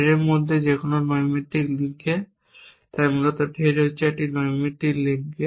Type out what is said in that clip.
থ্রেডর মধ্যে যে এখানে নৈমিত্তিক লিঙ্কে তাই মূলত থ্রেড একটি নৈমিত্তিক লিঙ্কে